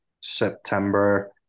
September